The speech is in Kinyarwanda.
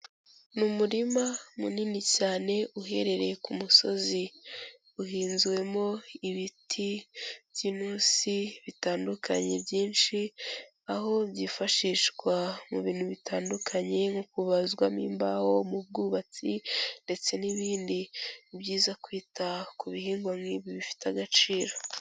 Mu murima munini cyane uherereye ku musozi, uhinzwemo ibiti by'intusi bitandukanye byinshi, aho byifashishwa mu bintu bitandukanye nko kubazwamo imbaho, mu bwubatsi ndetse n'ibindi. Ni byiza kwita ku bihingwa nk'ibi bifite agaciro.